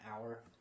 hour